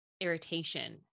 irritation